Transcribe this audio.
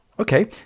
Okay